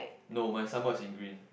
no my sign board is in green